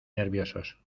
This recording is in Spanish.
nerviosos